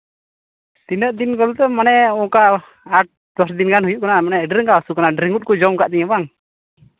ᱛᱤᱱᱟᱹᱜ ᱫᱤᱱ ᱵᱚᱞᱛᱮ ᱚᱱᱠᱟ ᱟᱴ ᱫᱚᱥᱫᱤᱱ ᱜᱟᱱ ᱦᱩᱭᱩᱜ ᱠᱟᱱᱟ ᱢᱟᱱᱮ ᱟᱹᱰᱤ ᱨᱟᱸᱜᱟᱣ ᱦᱟᱹᱥᱩ ᱠᱟᱱᱟ ᱨᱤᱸᱜᱩᱫ ᱠᱚ ᱡᱚᱢ ᱠᱟᱜ ᱛᱤᱧᱟᱹ ᱵᱟᱝ